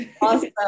Awesome